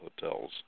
hotels